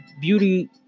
beauty